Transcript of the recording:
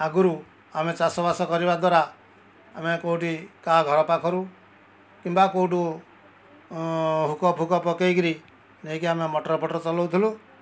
ଆଗୁରୁ ଆମେ ଚାଷବାସ କରିବା ଦ୍ଵାରା ଆମେ କେଉଁଠି କାହା ଘର ପାଖରୁ କିମ୍ବା କେଉଁଠୁ ହୁକଫୁକ ପକେଇକି ନେଇକି ଆମେ ମଟର୍ଫଟର୍ ଚଲାଉଥିଲୁ